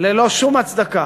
ללא שום הצדקה.